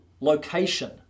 location